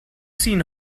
seen